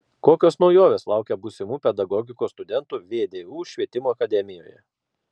kokios naujovės laukia būsimų pedagogikos studentų vdu švietimo akademijoje